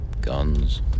Guns